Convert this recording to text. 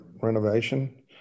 renovation